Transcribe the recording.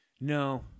no